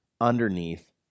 underneath